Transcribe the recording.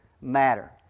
matter